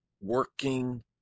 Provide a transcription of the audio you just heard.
working